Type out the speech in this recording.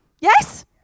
Yes